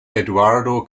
eduardo